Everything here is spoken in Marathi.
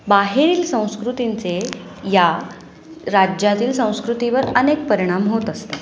बाहेरील संस्कृतींचे या राज्यातील संस्कृतीवर अनेक परिणाम होत असतात